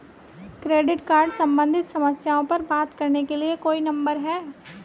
Credit card सम्बंधित समस्याओं पर बात करने के लिए कोई नंबर है?